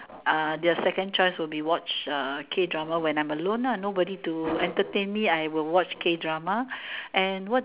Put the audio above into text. ah their second choice will be watch uh K drama when I'm alone lah nobody to entertain me I will watch K drama and what